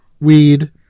weed